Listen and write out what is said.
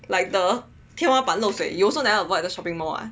like the 天花板漏水 you also never avoid the shopping mall [what]